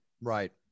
Right